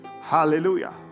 hallelujah